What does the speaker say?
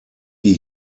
die